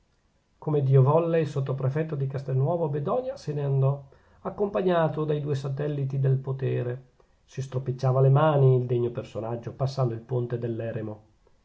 come dio volle il sottoprefetto di castelnuovo bedonia se ne andò accompagnato dai due satelliti del potere si stropicciava le mani il degno personaggio passando il ponte dell'eremo